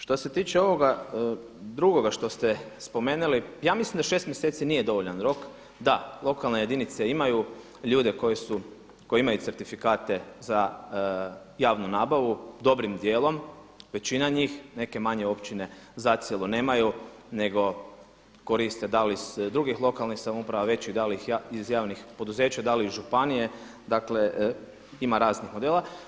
Što se tiče ovoga drugoga što ste spomenuli, ja mislim da šest mjeseci nije dovoljan rok da lokalne jedinice imaju ljude koji imaju certifikate za javnu nabavu dobrim dijelim, većina njih, neke manje općine zacijelo nemaju nego koriste da li iz drugih lokalnih samouprava većih, da li iz javnih poduzeća, da li iz županije, dakle, ima raznih modela.